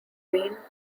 been